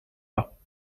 pas